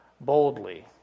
boldly